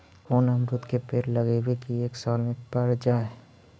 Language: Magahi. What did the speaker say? कोन अमरुद के पेड़ लगइयै कि एक साल में पर जाएं?